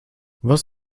was